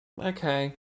Okay